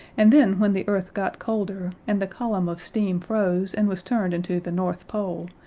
and then when the earth got colder, and the column of steam froze and was turned into the north pole,